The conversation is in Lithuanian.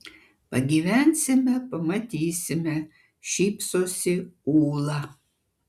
pagyvensime pamatysime šypsosi ūla